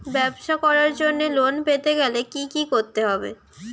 ব্যবসা করার জন্য লোন পেতে গেলে কি কি করতে হবে?